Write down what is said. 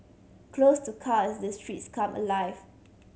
closed to cars the streets come alive